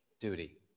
duty